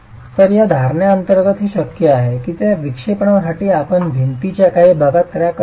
तर या धारणा अंतर्गत हे शक्य आहे की त्या विक्षेपणासाठी आपण भिंतीच्या काही भागात क्रॅक करत आहात